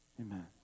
Amen